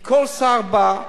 כי כל שר בא,